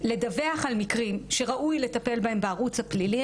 לדווח על מקרים שראוי לטפל בהם בערוץ הפלילי,